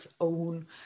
own